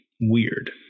weird